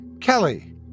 Kelly